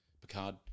Picard